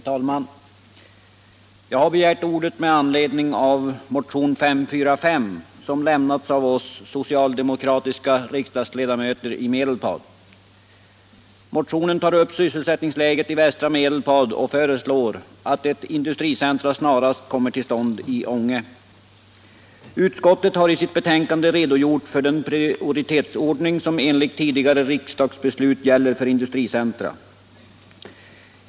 Herr talman! Jag har begärt ordet med anledning av motionen 545, som lämnats av oss socialdemokratiska riksdagsledamöter från Medelpad. I motionen tar vi upp sysselsättningsläget i västra Medelpad och föreslår att ett industricentrum snarast kommer till stånd i Ånge. Utskottet har i sitt betänkande redogjort för den prioritetsordning som enligt tidigare riksdagsbeslut gäller för industricentra.